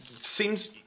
seems